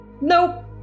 Nope